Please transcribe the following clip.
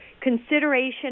consideration